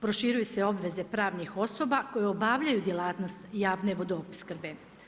Proširuju se obveze pravnih osoba, koje obavljaju djelatnost javne vodoopskrbe.